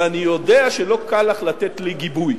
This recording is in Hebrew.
ואני יודע שלא קל לך לתת לי גיבוי,